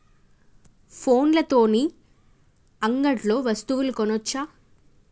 ఫోన్ల తోని అంగట్లో వస్తువులు కొనచ్చా?